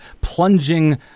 plunging